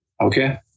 Okay